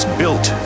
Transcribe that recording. built